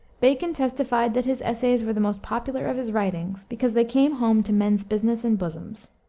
bacon testified that his essays were the most popular of his writings because they came home to men's business and bosoms.